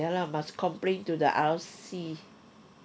ya lah must complain to the R_C